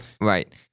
Right